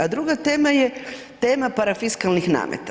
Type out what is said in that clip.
A druga tema je, tema parafiskalnih nameta.